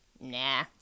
Nah